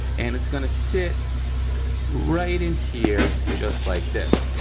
and it's gonna sit right in here just like this.